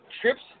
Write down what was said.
trips